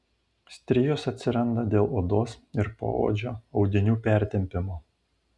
strijos atsiranda dėl odos ir poodžio audinių pertempimo